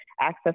access